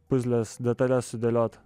puzlės detales sudėliot